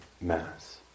Mass